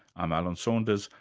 i'm alan saunders.